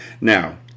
Now